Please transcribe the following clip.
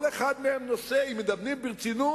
כל אחד מהם נושא, אם מדברים ברצינות,